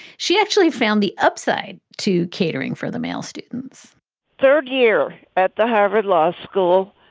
she actually found the upside to catering for the male students third year at the harvard law school.